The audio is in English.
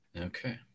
Okay